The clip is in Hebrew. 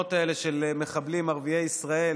התמונות האלה של מחבלים ערביי ישראל